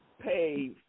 pay